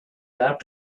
dare